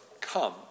come